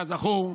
כזכור,